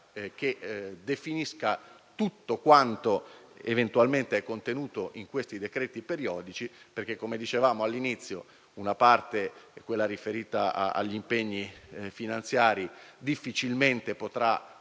di definire tutto quanto è contenuto in questi decreti periodici perché, come dicevamo all'inizio, la parte riferita agli impegni finanziari difficilmente potrà